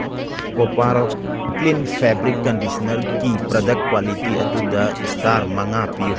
ꯀꯣꯄꯥꯔꯣ clean fabric ꯀꯟꯗꯤꯁꯅꯔꯀꯤ product quality ꯑꯗꯨꯗ star ꯃꯉꯥ ꯄꯤꯌꯨ